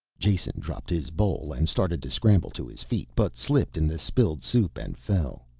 jason dropped his bowl and started to scramble to his feet, but slipped in the spilled soup and fell.